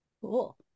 Cool